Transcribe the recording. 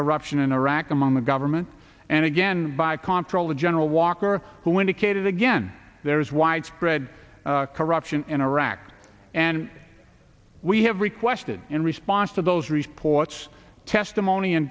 corruption in iraq i'm on the government and again by contrast the general walker who indicated again there is widespread corruption in iraq and we have requested in response to those reports testimony